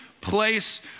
place